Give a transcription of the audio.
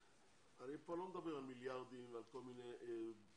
אני פה לא מדבר על מיליארדים ועל כל מיני רפורמות,